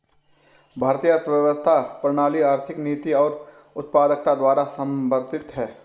भारतीय अर्थव्यवस्था प्रणाली आर्थिक नीति और उत्पादकता द्वारा समर्थित हैं